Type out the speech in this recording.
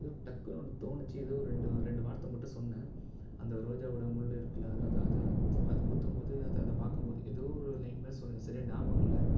ஏதோ டக்குனு ஒன்று தோணுச்சு ஏதோ ரெண்டு ரெண்டு வார்த்தை மட்டும் சொன்னேன் அந்த ரோஜாவோடய முள்ளு இருக்குல அதை அதை அதை அது குத்தும் போது அது அதை பார்க்கும் போது ஏதோ ஒரு லைன் மாதிரி சொன்னேன் சரியா ஞாபகம் இல்லை